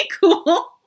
cool